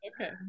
okay